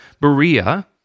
Berea